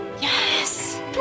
Yes